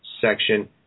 section